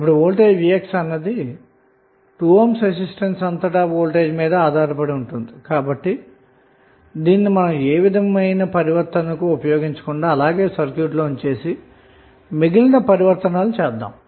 ఈ voltage vx యొక్క విలువ 2 ohm రెసిస్టెన్స్ అంతటా గల వోల్టేజ్ మీద ఆధారపడి ఉంటుంది కాబట్టి దీనిని ఎటువంటి ట్రాన్స్ఫర్మేషన్ చేయకుండా అలాగే సర్క్యూట్లో ఉంచి వేసి మీగిలిన ట్రాన్సఫార్మషన్స్ చేద్దాము